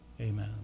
Amen